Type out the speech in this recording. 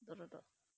dot dot dot